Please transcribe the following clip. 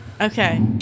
Okay